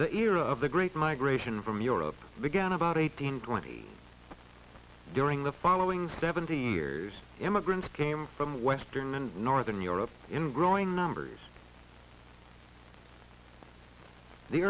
the era of the great migration from europe began about eighteen twenty during the following seventeen years immigrants came from western and northern europe in growing numbers the